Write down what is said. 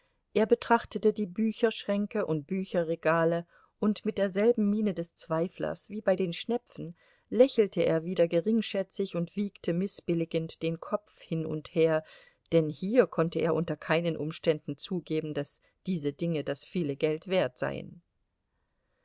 er betrachtete die bücherschränke und bücherregale und mit derselben miene des zweiflers wie bei den schnepfen lächelte er wieder geringschätzig und wiegte mißbilligend den kopf hin und her denn hier konnte er unter keinen umständen zugeben daß diese dinge das viele geld wert seien